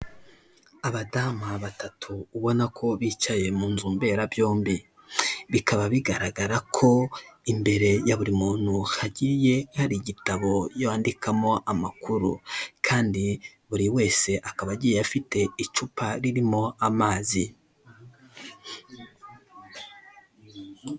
Abadamu batatu ubona ko bicaye mu nzu mberabyombi bikaba bigaragara ko imbere ya buri muntu hagiye hari igitabo yandikamo amakuru kandi buri wese akaba agiye afite icupa ririmo amazi.